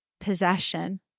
possession